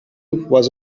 was